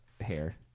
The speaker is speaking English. hair